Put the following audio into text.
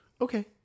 Okay